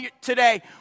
today